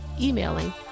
emailing